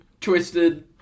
Twisted